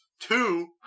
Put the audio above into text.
Two